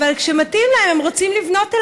אבל כשמתאים להם הם רוצים לבנות עליהן.